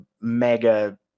mega